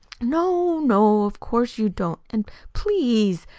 no, no, of course you don't! an' please,